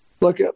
look